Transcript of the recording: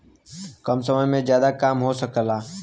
कम समय में जादा काम हो सकला